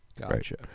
Gotcha